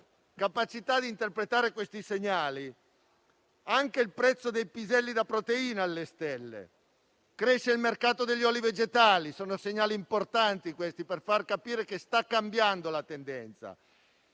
capacità di interpretare questi segnali. Anche il prezzo dei piselli da proteina è alle stelle e cresce il mercato degli oli vegetali: sono segnali importanti, per far capire che sta cambiando la tendenza.